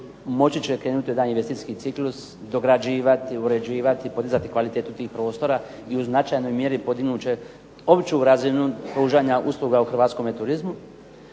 moći će krenuti u daljnji investicijski ciklus, dograđivati, uređivati, podizati kvalitetu tih prostora i u značajnoj mjeri podignut će opću razinu pružanja usluga u hrvatskome turizmu.